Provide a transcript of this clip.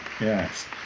yes